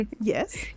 yes